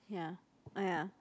ya !aiya!